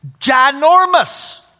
ginormous